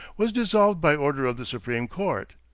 was dissolved by order of the supreme court.